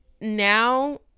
now